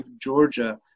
Georgia